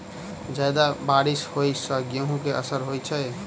जियादा बारिश होइ सऽ गेंहूँ केँ असर होइ छै?